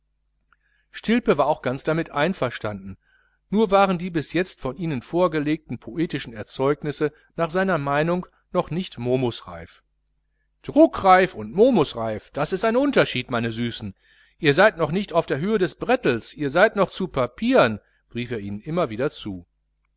stilpe war auch ganz damit einverstanden nur waren die bis jetzt von ihnen vorgelegten poetischen erzeugnisse nach seiner meinung noch nicht momusreif druckreif und momusreif ist ein unterschied meine süßen ihr seid noch nicht auf der höhe des brettls ihr seid noch zu papieren rief er ihnen immer wieder zu